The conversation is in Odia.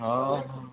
ହଁ ହଁ